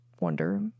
wonder